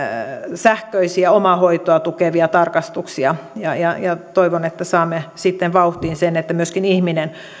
sähköisiä omahoitoa tukevia tarkastuksia ja ja toivon että saamme sitten vauhtiin sen että myöskin ihminen